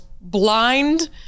blind